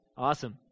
Awesome